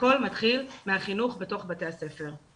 שהכול מתחיל מהחינוך בתוך בתי הספר.